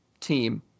team